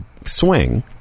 swing